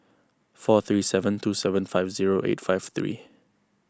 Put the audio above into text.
four three seven two seven five zero eight five three